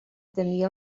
tenia